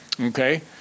Okay